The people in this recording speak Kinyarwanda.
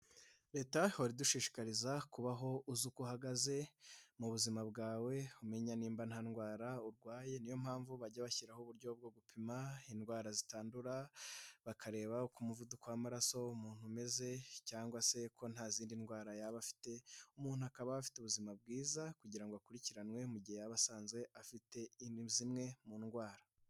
Leta ihora idushishikariza kubaho uzi uko uhagaze mu buzima bwawe umenya indwara urwaye niyo mpamvu bajya bashyiraho uburyo bwo gupima indwara zitandura bakareba ku muvuduko w'amaraso' umuntu umeze cyangwa se ko nta zindi ndwara yaba afite, umuntu akaba afite ubuzima bwiza kugira ngo akurikiranywe mu gihe yaba asanzwe afite zimwe mu ndwara.